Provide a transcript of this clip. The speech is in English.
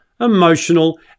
emotional